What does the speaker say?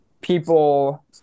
people